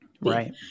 Right